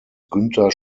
günther